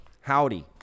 Howdy